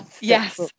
Yes